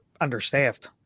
understaffed